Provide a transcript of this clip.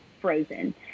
frozen